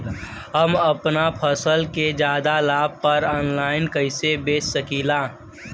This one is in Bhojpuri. हम अपना फसल के ज्यादा लाभ पर ऑनलाइन कइसे बेच सकीला?